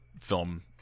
film